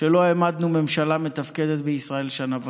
שלא העמדנו ממשלה מתפקדת בישראל שנה וחצי,